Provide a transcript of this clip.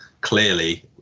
clearly